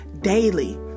daily